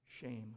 shame